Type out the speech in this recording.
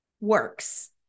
works